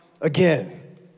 again